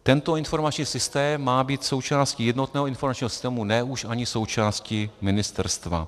Tento informační systém má být součástí jednotného informačního systému, ne už ani součástí ministerstva.